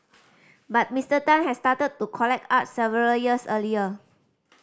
but Mister Tan had started to collect art several years earlier